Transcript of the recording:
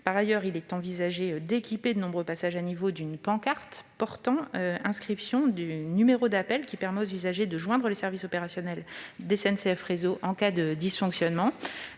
Par ailleurs, il est envisagé d'équiper de nombreux passages à niveau d'une pancarte portant l'inscription d'un numéro d'appel pour permettre aux usagers de joindre les services opérationnels de SNCF Réseau en cas de dysfonctionnement.